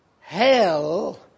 hell